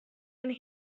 and